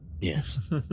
Yes